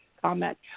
comment